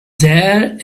there